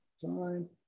time